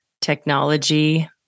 technology